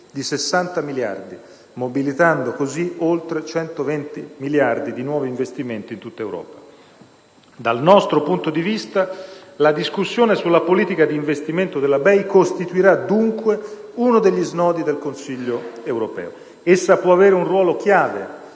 di 60 miliardi, mobilitando così oltre 120 miliardi di nuovi investimenti in tutta Europa. Dal nostro punto di vista la discussione sulla politica di investimento della BEI costituirà, dunque, uno degli snodi del Consiglio europeo. Essa può avere un ruolo chiave